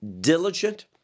diligent